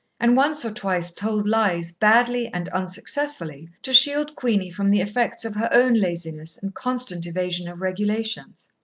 and once or twice told lies badly and unsuccessfully, to shield queenie from the effects of her own laziness and constant evasion of regulations.